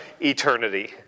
eternity